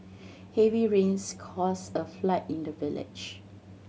heavy rains caused a flood in the village